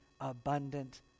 abundant